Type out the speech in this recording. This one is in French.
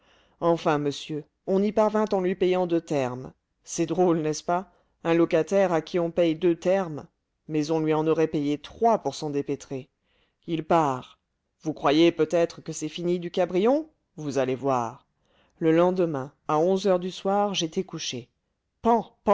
enfin monsieur on y parvint en lui payant deux termes c'est drôle n'est-ce pas un locataire à qui on paye deux termes mais on lui en aurait payé trois pour s'en dépêtrer il part vous croyez peut-être que c'est fini du cabrion vous allez voir le lendemain à onze heures du soir j'étais couché pan